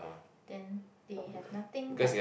then they have nothing like